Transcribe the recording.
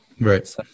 Right